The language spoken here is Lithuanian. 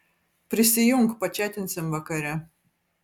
prisijunk pačatinsim vakare